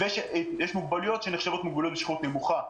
יש מוגבלויות שנחשבות למוגבלויות בשכיחות נמוכה,